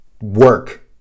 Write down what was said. work